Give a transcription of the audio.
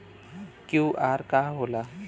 QR का होला?